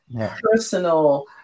personal